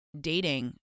dating